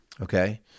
Okay